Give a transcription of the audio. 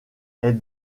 est